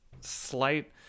slight